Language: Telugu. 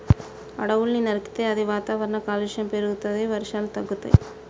అడవుల్ని నరికితే అది వాతావరణ కాలుష్యం పెరుగుతది, వర్షాలు తగ్గుతయి